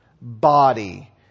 body